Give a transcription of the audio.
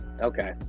Okay